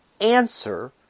answer